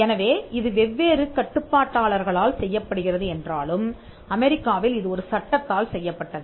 எனவே இது வெவ்வேறு கட்டுப்பாட்டாளர்களால் செய்யப் படுகிறது என்றாலும் அமெரிக்காவில் இது ஒரு சட்டத்தால் செய்யப்பட்டது